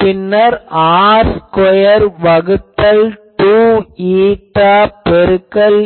பின்னர் இது r square வகுத்தல் 2η பெருக்கல்